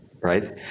Right